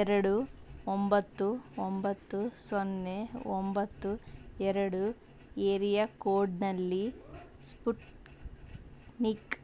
ಎರಡು ಒಂಬತ್ತು ಒಂಬತ್ತು ಸೊನ್ನೆ ಒಂಬತ್ತು ಎರಡು ಏರಿಯಾ ಕೋಡ್ನಲ್ಲಿ ಸ್ಪುಟ್ನಿಕ್